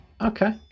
Okay